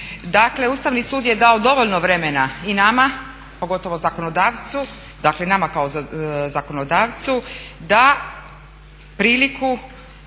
Dakle, Ustavni sud je dao dovoljno vremena i nama, pogotovo zakonodavcu dakle nama kao zakonodavcu priliku